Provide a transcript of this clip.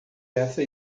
essa